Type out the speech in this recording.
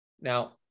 Now